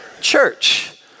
church